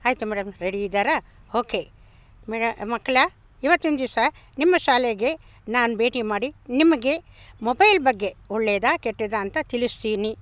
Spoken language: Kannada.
ಆಯ್ತು ಮೇಡಮ್ ರೆಡಿ ಇದ್ದಾರ ಓಕೆ ಮೇಡ ಮಕ್ಳೇ ಇವತ್ತಿನ ದಿವಸ ನಿಮ್ಮ ಶಾಲೆಗೆ ನಾನು ಭೇಟಿ ಮಾಡಿ ನಿಮಗೆ ಮೊಬೈಲ್ ಬಗ್ಗೆ ಒಳ್ಳೆದ ಕೆಟ್ಟದ ಅಂತ ತಿಳಿಸ್ತೀನಿ